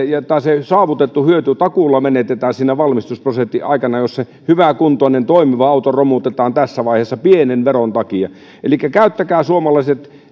ja se saavutettu hyöty takuulla menetetään siinä valmistusprosessin aikana jos se hyväkuntoinen toimiva auto romutetaan tässä vaiheessa pienen veron takia elikkä käyttäkää suomalaiset